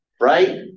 right